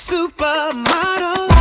Supermodel